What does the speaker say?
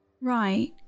Right